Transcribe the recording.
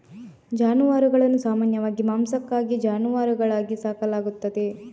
ಜಾನುವಾರುಗಳನ್ನು ಸಾಮಾನ್ಯವಾಗಿ ಮಾಂಸಕ್ಕಾಗಿ ಜಾನುವಾರುಗಳಾಗಿ ಸಾಕಲಾಗುತ್ತದೆ